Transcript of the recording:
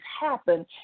happen